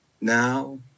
Now